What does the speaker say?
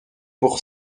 pour